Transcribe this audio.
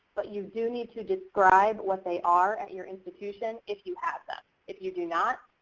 but you do need to describe what they are at your institution if you have them. if you do not,